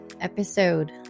episode